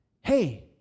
hey